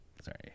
Sorry